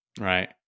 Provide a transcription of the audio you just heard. Right